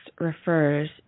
refers